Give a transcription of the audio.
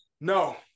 No